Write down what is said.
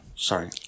Sorry